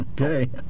Okay